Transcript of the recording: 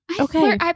Okay